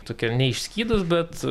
tokia neišskydus bet